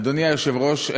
אדוני היושב-ראש,